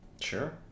Sure